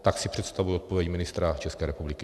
Tak si představuji odpověď ministra České republiky.